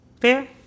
Fair